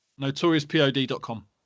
Notoriouspod.com